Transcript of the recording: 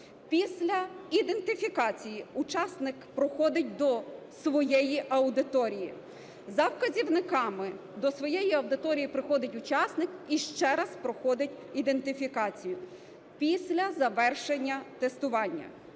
Після ідентифікації учасник проходить до своєї аудиторії. За вказівниками до своєї аудиторії приходить учасник і ще раз проходить ідентифікацію. Після завершення тестування